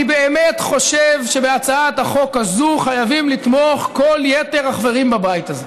אני באמת חושב שבהצעת החוק הזו חייבים לתמוך כל יתר החברים בבית הזה.